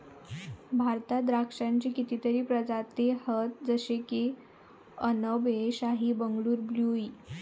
भारतात द्राक्षांची कितीतरी प्रजाती हत जशे की अनब ए शाही, बंगलूर ब्लू ई